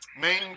main